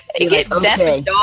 Okay